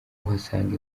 uhasanga